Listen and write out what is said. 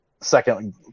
second